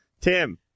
Tim